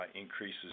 increases